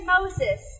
Moses